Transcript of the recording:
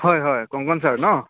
হয় হয় কংকন ছাৰ ন